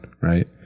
right